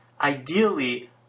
Ideally